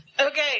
Okay